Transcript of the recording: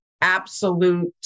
absolute